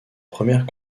première